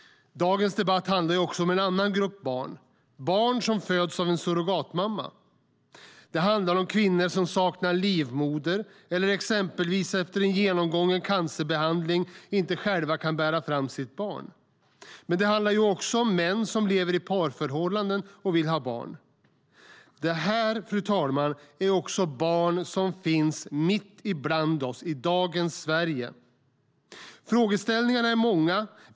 Dagens debatt handlar också om en annan grupp barn, barn som föds av en surrogatmamma. Det handlar om kvinnor som saknar livmoder eller som exempelvis efter en genomgången cancerbehandling inte själva kan bära fram sitt barn. Men det handlar också om män som lever i parförhållanden och vill ha barn. Det här, fru talman, är också barn som finns mitt ibland oss i dagens Sverige. Frågeställningarna är många.